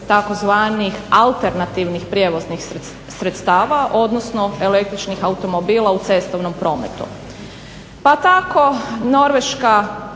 tzv. alternativnih prijevoznih sredstava, odnosno električnih automobila u cestovnom prometu. Pa tako Norveška